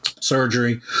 surgery